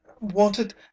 wanted